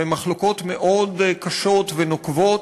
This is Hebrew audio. והן מחלוקות מאוד קשות ונוקבות,